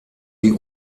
die